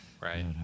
Right